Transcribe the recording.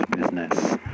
business